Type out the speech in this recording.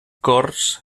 corts